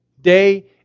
day